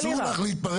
עדיין אסור לך להתפרץ.